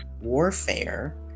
warfare